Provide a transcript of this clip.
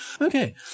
okay